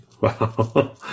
Wow